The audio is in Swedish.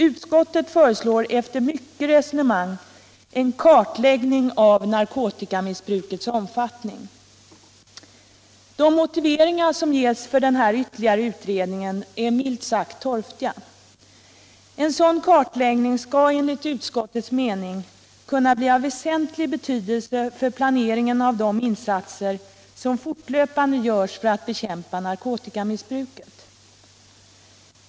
Utskottet föreslår efter mycket resonemang en kartläggning av narkotikamissbrukets omfattning. De motiveringar som ges för denna ytterligare utredning är milt sagt torftiga. En sådan kartläggning skall enligt utskottets mening kunna bli av väsentlig betydelse för planeringen av de insatser som fortlöpande görs för att bekämpa narkotikamissbruket.